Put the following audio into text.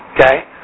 okay